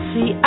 See